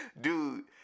Dude